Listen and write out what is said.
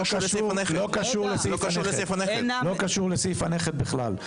לא קשור לסעיף הנכד בכלל.